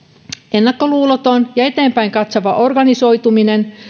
ennakkoluuloton ja eteenpäin katsova organisoituminen